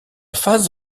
face